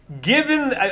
Given